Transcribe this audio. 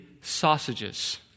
sausages